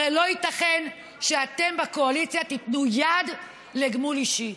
הרי לא ייתכן שאתם בקואליציה תיתנו יד לגמול אישי.